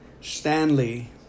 Stanley